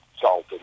salted